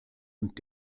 und